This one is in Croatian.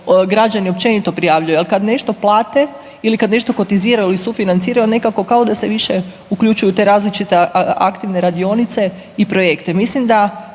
građani općenito prijavljuju, al kad nešto plate ili kad nešto kotiziraju ili sufinanciraju nekako kao da se više uključuju u te različite aktivne radionice i projekte. Mislim da,